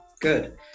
good